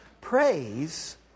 praise